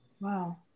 Wow